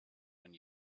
when